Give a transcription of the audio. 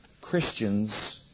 Christians